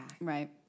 Right